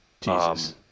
Jesus